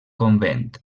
convent